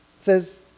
says